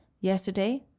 Yesterday